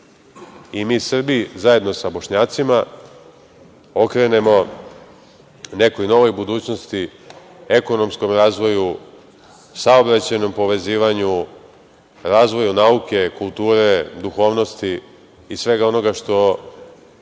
i mi Srbi zajedno sa Bošnjacima okrenemo nekoj novoj budućnosti, ekonomskom razvoju, saobraćajnom povezivanju, razvoju nauke, kulture, duhovnosti i svega onoga što